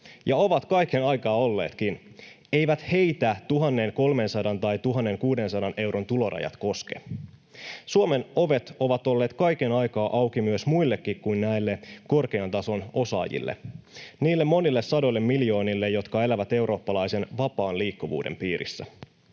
ja ovat kaiken aikaa olleetkin, eivät heitä 1 300 tai 1 600 euron tulorajat koske. Suomen ovet ovat olleet kaiken aikaa auki muillekin kuin näille korkean tason osaajille: niille monille sadoille miljoonille, jotka elävät eurooppalaisen vapaan liikkuvuuden piirissä.